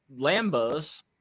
lambos